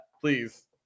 please